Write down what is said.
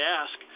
ask